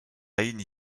hini